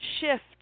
shift